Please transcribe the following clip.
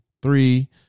three